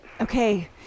Okay